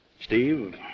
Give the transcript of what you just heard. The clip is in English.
Steve